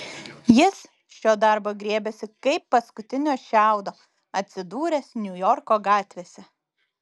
jis šio darbo griebėsi kaip paskutinio šiaudo atsidūręs niujorko gatvėse